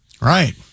Right